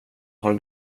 har